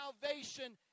salvation